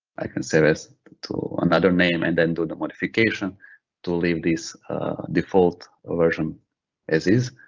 i can save as to another name and then do the modification to leave this default ah version as is.